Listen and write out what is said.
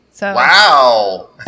Wow